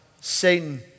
Satan